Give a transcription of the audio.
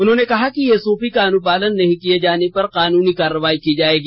उन्होंने कहा कि एसओपी का अनुपालन नहीं किए जाने पर कानूनी कार्रवाई की जाएगी